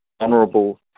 honourable